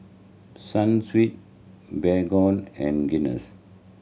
Sunsweet Baygon and Guinness